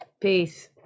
peace